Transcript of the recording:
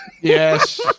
Yes